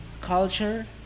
culture